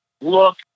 look